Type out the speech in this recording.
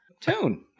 Tune